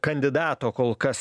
kandidato kol kas